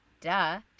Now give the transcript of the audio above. Duh